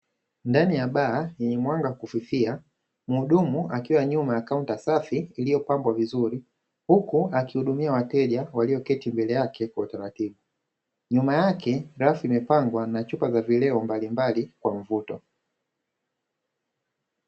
Ndani ya baa yenye mwanga wa kufifia, mhudumu akiwa nyuma ya kaunta safi, iliyopambwa vizuri. Huku akihudumia wateja walioketi mbele yake kwa utaratibu. Nyuma yake rafu imepambwa na chupa za vileo mbalimbali kwa mvuto.